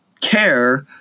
care